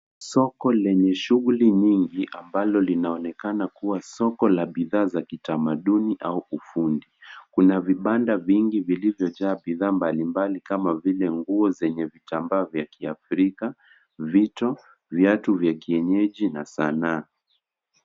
Soko lenye shughuli nyingi ambalo linaonekana kuwa soko la bidhaa za kitamaduni au ufundi. Kuna vibanda vingi vilivyojaa bidhaa mbalimbali kama vile nguo zenye vitambaa za kiafrika, vito, viatu vya kienyeji na sanaa.